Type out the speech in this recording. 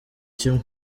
kimwe